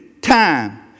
time